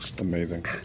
Amazing